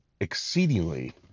exceedingly